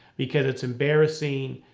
because it's embarrassing.